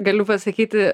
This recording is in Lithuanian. galiu pasakyti